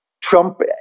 Trump